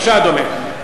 בבקשה, אדוני.